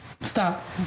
stop